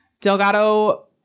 Delgado